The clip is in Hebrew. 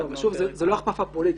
זאת לא הכפפה פוליטית.